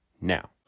now